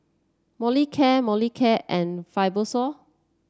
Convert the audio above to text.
Molicare Molicare and Fibrosol